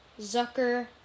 Zucker